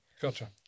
Gotcha